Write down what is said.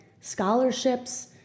scholarships